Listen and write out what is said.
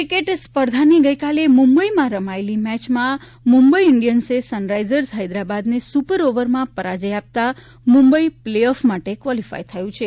cricket સ્પર્ધાની ગઈકાલે મુંબઈમાં રમાયેલી મેચમાં મુંબઈ ઈન્ડિયન્સે સનરાઈઝર્સ હેદાબાદને સુપર ઓવરમાં પરાજય આપતા મુંબઈ પ્લે ઓફ માટે ક્વોલીફાય થયું છે